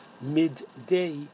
midday